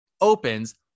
opens